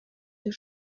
der